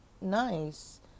nice